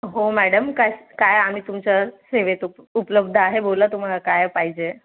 हो मॅडम काय काय आम्ही तुमचं सेवेत उप उपलब्ध आहे बोला तुम्हाला काय पाहिजे